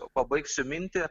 pabaigsiu mintį